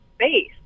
space